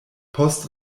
post